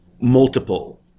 multiple